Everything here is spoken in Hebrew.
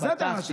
לא.